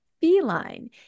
feline